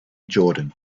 jordan